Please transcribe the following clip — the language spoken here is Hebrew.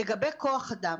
לגבי כוח אדם,